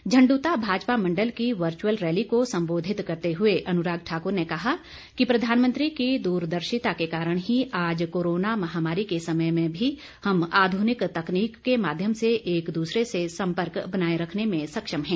झंडूता भाजपा मंडल की virtual rally को संबोधित करते हुए अनुराग ठाक्र ने कहा कि प्रधानमंत्री की दूरदर्शिता के कारण ही आज कोरोना महामारी के समय में भी हम आध्निक तकनीक के माध्यम से एक दूसरे से सर्पक बनाये रखने में सझम है